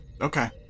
Okay